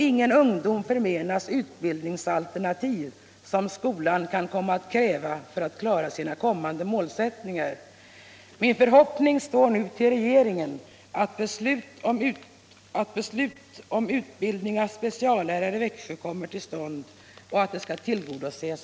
Ingen ungdom bör för menas utbildningsalternativ som skolan kan komma att kräva för att den skall kunna klara sina kommande målsättningar. Min förhoppning är nu att regeringen kommer att se till att behovet av utbildning av speciallärare i Växjö snabbt tillgodoses.